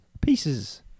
pieces